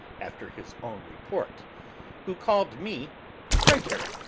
after his own report who call'd me traitor,